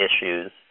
issues